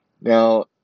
Now